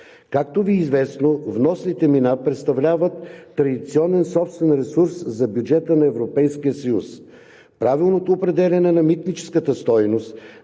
Както Ви е известно, вносните мита представляват традиционен собствен ресурс за бюджета на Европейския съюз. Правилното определяне на митническата стойност